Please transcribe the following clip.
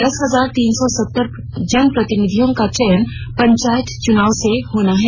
दस हजार तीन सौ सत्तर जनप्रतिनिधियों का चयन पंचायत चुनाव से होना है